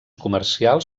comercials